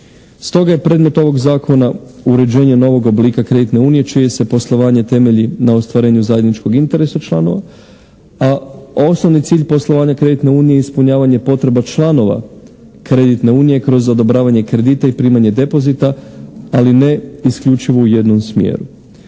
Stoga je predmet ovoga zakona uređenje novog oblika kreditne unije čije se poslovanje temelji na ostvarenju zajedničkog interesa članova a osnovni cilj poslovanja kreditne unije je ispunjavanje potreba članova kreditne unije kroz odobravanje kredita i primanje depozita ali ne isključivo u jednom smjeru.